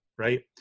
Right